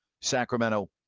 Sacramento